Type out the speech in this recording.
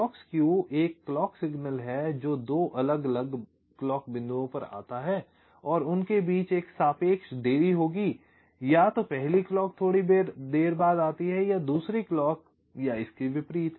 clock skew एक clock signal है जो दो अलग अलग क्लॉक बिंदुओं पर आता है और उनके बीच एक सापेक्ष देरी होगी या तो पहली क्लॉक थोड़ी देर बाद आती है या दूसरी क्लॉक या इसके विपरीत